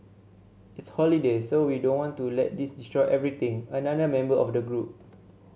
it's holiday so we don't want to let this destroy everything another member of the group